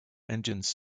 engines